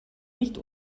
nicht